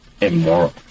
immoral